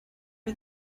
are